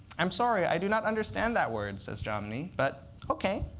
i'm sorry. i do not understand that word, says jomny, but ok.